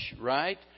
right